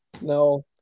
No